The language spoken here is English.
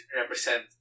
represent